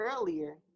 earlier